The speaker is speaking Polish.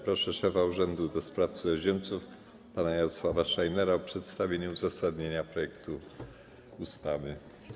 Proszę szefa Urzędu do Spraw Cudzoziemców pana Jarosława Szajnera o przedstawienie uzasadnienia projektu ustawy.